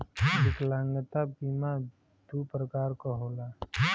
विकलागंता बीमा दू प्रकार क होला